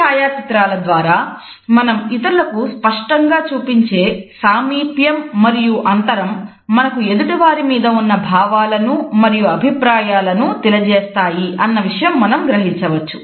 ఈ ఛాయా చిత్రాల ద్వారా మనం ఇతరులకు స్పష్టంగా చూపించే సామీప్యం మరియు అంతరం మనకు ఎదుటి వారి మీద నున్న భావాలను మరియు అభిప్రాయాలను తెలియజేస్తాయి అన్న విషయం మనం గ్రహించవచ్చు